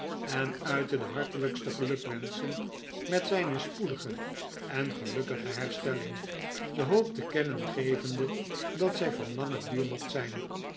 on uitte de hartelijkste gelukwenschen met zijne spoedige en gelukkige herstelling de hoop te kennen gevende dat zij van langen duur mocht zijn